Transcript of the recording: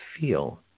Feel